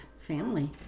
family